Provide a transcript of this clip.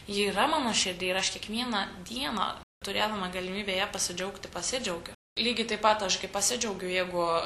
ji yra mano širdy ir aš kiekvieną dieną turėdama galimybę ja pasidžiaugti pasidžiaugiu lygiai taip pat aš gi pasidžiaugiu jeigu